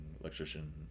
electrician